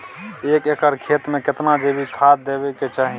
एक एकर खेत मे केतना जैविक खाद देबै के चाही?